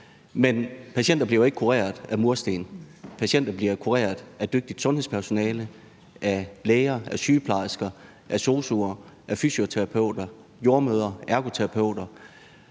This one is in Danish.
men patienter bliver jo ikke kureret af mursten, patienter bliver kureret af dygtigt sundhedspersonale, af læger, af sygeplejersker, af sosu'er, af fysioterapeuter, jordemødre, ergoterapeuter,